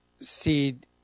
seed